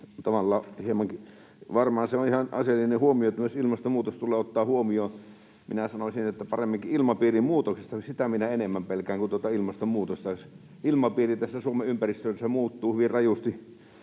varmaan on ihan asiallinen huomio, että myös ilmastonmuutos tulee ottaa huomioon. Minä sanoisin, että paremminkin ilmapiirinmuutosta enemmän pelkään kuin tuota ilmastonmuutosta. Jos ilmapiiri tässä Suomen ympäristössä muuttuu hyvin rajusti,